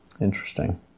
Interesting